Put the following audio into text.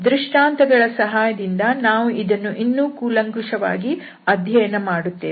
ದೃಷ್ಟಾಂತಗಳ ಸಹಾಯದಿಂದ ನಾವು ಇದನ್ನು ಇನ್ನೂ ಕೂಲಂಕುಶವಾಗಿ ಅಧ್ಯಯನ ಮಾಡುತ್ತೇವೆ